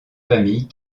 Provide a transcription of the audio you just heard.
familles